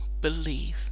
believe